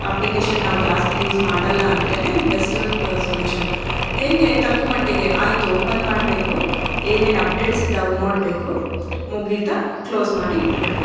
application ನಾವು ಜಾಸ್ತಿ use ಮಾಡೋಲ್ಲ ಅಂದರೆನೇ ಬೆಸ್ಟ್ ಸೊಲ್ಯೂಷನ್ ಹೇಗೆ ತಕ್ಕ ಮಟ್ಟಿಗೆ ಆಯಿತು ಓಪನ್ ಮಾಡಬೇಕು ಏನೇನು ಅಪ್ಡೇಟ್ಸ್ ಇದಾವೆ ನೋಡಬೇಕು ಮುಗೀತಾ ಕ್ಲೋಸ್ ಮಾಡಿ ಇಟ್ಟುಬಿಡ್ಬೇಕು